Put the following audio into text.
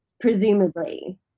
presumably